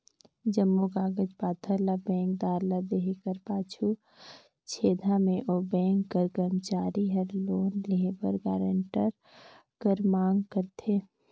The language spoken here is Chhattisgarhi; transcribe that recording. जम्मो कागज पाथर ल बेंकदार ल देहे कर पाछू छेदहा में ओ बेंक कर करमचारी हर लोन लेहे बर गारंटर कर मांग करथे